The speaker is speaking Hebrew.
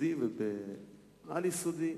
ביסודי ובעל-יסודי,